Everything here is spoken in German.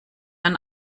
ein